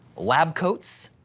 lab coats,